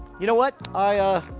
you know what, i ah